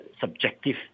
subjective